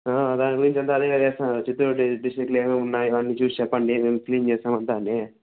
దాని గురించి అంతా అదే కదా వేస్తున్నారు చిత్తూరు డిస్ట్రిక్ట్లో ఏం ఏం ఉన్నాయి అవన్నీ చూసి చెప్పండి మేము క్లీన్ చేస్తాం అంతా అని